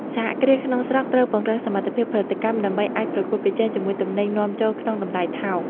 សហគ្រាសក្នុងស្រុកត្រូវពង្រឹងសមត្ថភាពផលិតកម្ម ដើម្បីអាចប្រកួតប្រជែងជាមួយទំនិញនាំចូលក្នុងតម្លៃថោក។